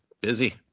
busy